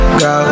go